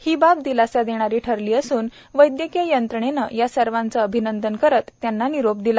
ही बाब दिलासा देणारी ठरली असून वैद्यकीय यंत्रणेने या सर्वांचे अभिनंदन करत त्यांना निरोप दिला